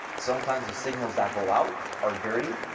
sometimes the signals that go out are dirty,